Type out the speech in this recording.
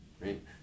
right